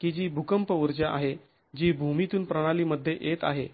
की जी भूकंप ऊर्जा आहे जी भूमीतून प्रणालीमध्ये येत आहे